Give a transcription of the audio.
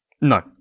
no